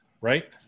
right